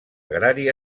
agrari